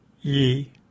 ye